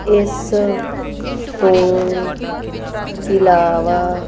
ਇਸ ਤੋਂ ਇਲਾਵਾ